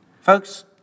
Folks